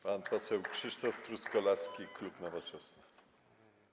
Pan poseł Krzysztof Truskolaski, klub Nowoczesna.